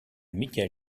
michael